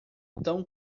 tão